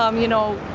um you know,